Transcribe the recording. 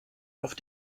auf